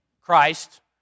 Christ